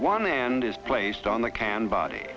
one hand is placed on the can body